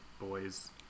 boys